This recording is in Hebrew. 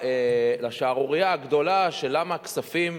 לשערורייה הגדולה של למה הכספים